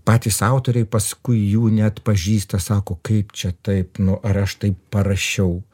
patys autoriai paskui jų neatpažįsta sako kaip čia taip nu ar aš taip parašiau